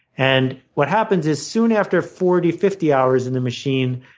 and what happens is soon after forty, fifty hours in the machine,